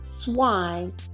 swine